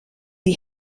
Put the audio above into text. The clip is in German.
die